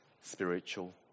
spiritual